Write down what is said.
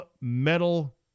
metal